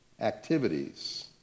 activities